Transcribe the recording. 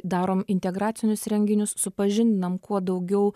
darom integracinius renginius supažindinam kuo daugiau